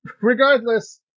Regardless